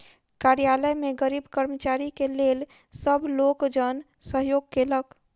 कार्यालय में गरीब कर्मचारी के लेल सब लोकजन सहयोग केलक